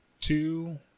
two